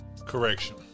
Correction